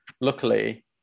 Luckily